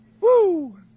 Woo